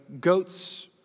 goats